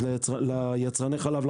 אז ליצרני החלב,